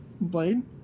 Blade